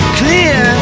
clear